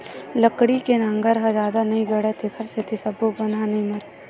लकड़ी के नांगर ह जादा नइ गड़य तेखर सेती सब्बो बन ह नइ मरय